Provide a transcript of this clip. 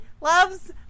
loves